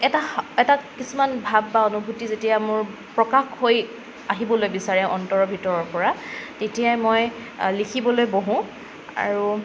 এটা এটা কিছুমান ভাব বা অনুভূতি যেতিয়া মোৰ প্ৰকাশ হৈ আহিবলৈ বিচাৰে অন্তৰৰ ভিতৰৰ পৰা তেতিয়াই মই লিখিবলৈ বহোঁ আৰু